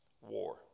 war